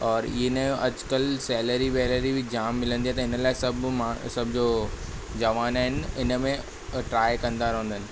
औरि इन जो अॼुकल्ह सैलेरी वैलेरी बि जाम मिलंदी आहे त हिन लाइ सभ मां सभ जो जवान आहिनि इन में ट्राए कंदा रहंदा आहिनि